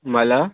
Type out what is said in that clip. मला